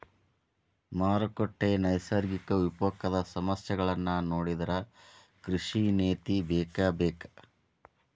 ಮಾರುಕಟ್ಟೆ, ನೈಸರ್ಗಿಕ ವಿಪಕೋಪದ ಸಮಸ್ಯೆಗಳನ್ನಾ ನೊಡಿದ್ರ ಕೃಷಿ ನೇತಿ ಬೇಕಬೇಕ